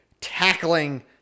tackling